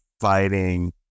fighting